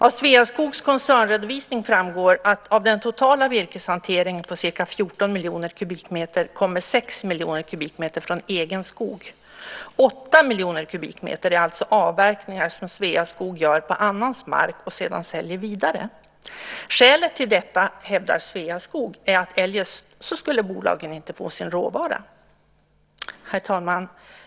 Av Sveaskogs koncernredovisning framgår att av den totala virkeshanteringen på ca 14 miljoner kubikmeter kommer 6 miljoner kubikmeter från egen skog. 8 miljoner kubikmeter är alltså avverkningar som Sveaskog gör på annans mark och sedan säljer vidare. Skälet till detta, hävdar Sveaskog, är att eljest skulle bolagen inte få sin råvara. Herr talman!